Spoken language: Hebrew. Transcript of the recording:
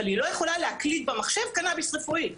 אבל היא לא יכולה להקליד במחשב קנביס רפואי.